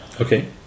Okay